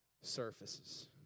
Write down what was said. surfaces